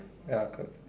ya